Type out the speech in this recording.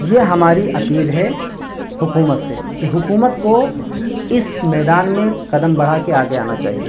یہ ہماری اپیل ہے حکومت سے کہ حکومت کو اس میدان میں قدم برھا کے آگے آنا چاہیے